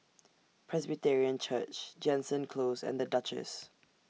Presbyterian Church Jansen Close and The Duchess